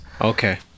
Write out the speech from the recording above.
okay